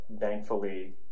thankfully